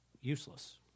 useless